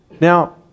Now